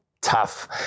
tough